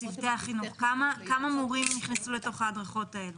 כמה מורים נכנסו להדרכות האלה?